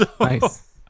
Nice